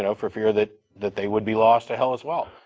and for fear that that they would be lost to hell, as well.